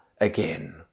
again